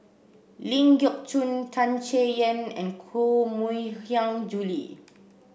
Ling Geok Choon Tan Chay Yan and Koh Mui Hiang Julie